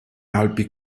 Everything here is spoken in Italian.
alpi